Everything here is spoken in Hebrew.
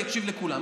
אני אקשיב לכולם.